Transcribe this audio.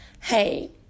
Hey